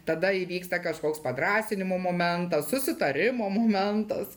tada įvyksta kažkoks padrąsinimo momentas susitarimo momentas